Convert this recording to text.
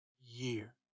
year